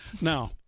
Now